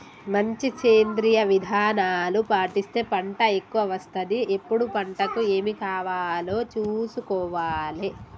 మంచి సేంద్రియ విధానాలు పాటిస్తే పంట ఎక్కవ వస్తది ఎప్పుడు పంటకు ఏమి కావాలో చూసుకోవాలే